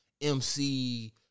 MC